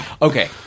Okay